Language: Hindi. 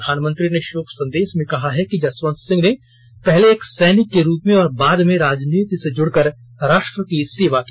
प्रधानमंत्री ने शोक संदेश में कहा है कि जसवंत सिंहने पहले एक सैनिक के रूप में और बाद में राजनीति से जुडकर राष्ट्र की सेवा की